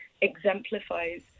exemplifies